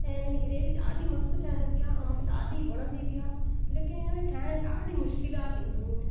ऐं इन जी ग्रेवी ॾाढी मस्तु ठहंदी आहे ऐं मूंखे ॾाढी वणंदी बि आहे लेकिन इन में ठाहिणु ॾाढी मुश्किलात ईंदियूं आहिनि